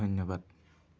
ধন্যবাদ